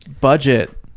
budget